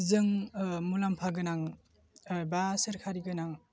जों मुलाम्फा गोनां बा सोरकारि गोनां